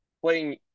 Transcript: playing